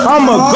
I'ma